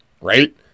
right